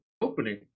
opening